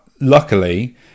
Luckily